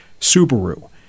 Subaru